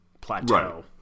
plateau